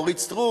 אורית סטרוק,